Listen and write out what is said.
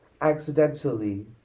accidentally